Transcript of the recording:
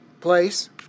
place